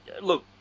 look